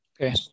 okay